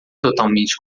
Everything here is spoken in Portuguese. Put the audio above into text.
totalmente